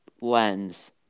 lens